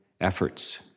efforts